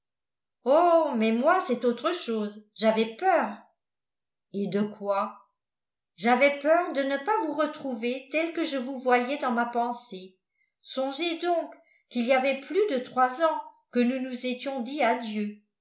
oh mais moi c'est autre chose j'avais peur et de quoi j'avais peur de ne pas vous retrouver tel que je vous voyais dans ma pensée songez donc qu'il y avait plus de trois ans que nous nous étions dit adieu